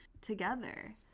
together